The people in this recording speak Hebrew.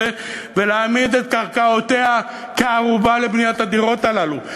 ולהעמיד את קרקעותיה כערובה לבניית הדירות הללו.